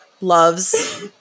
loves